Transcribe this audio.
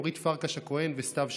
אורית פרקש-הכהן וסתיו שפיר.